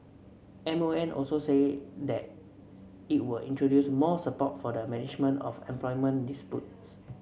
M O M also said that it will introduce more support for the management of employment disputes